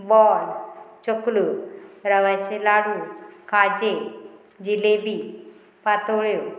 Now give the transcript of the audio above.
ball चकल्यो रव्याचे लाडू खाजे जिलेबी पातोळ्यो